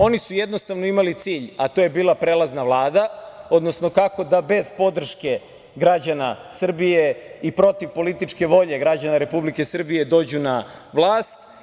Oni su jednostavno imali cilj, a to je bila prelazna vlada, odnosno kako da bez podrške građana Srbije i protiv političke volje građana Srbije dođu na vlast.